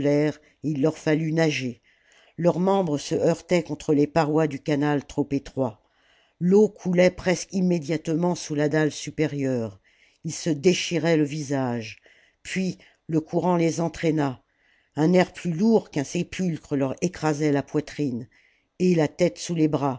il leur fallut nager leurs membres se heurtaient contre les parois du canal trop étroit l'eau coulait presque immédiatement sous la dalle supérieure ils se déchiraient le visage puis le courant les entraîna un air plus lourd qu'un sépulcre leur écrasait la poitrine et la tête sous les bras